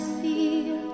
see